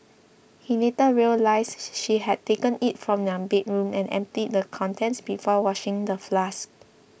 he later realised she had taken it from their bedroom and emptied the contents before washing the flask